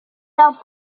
arbres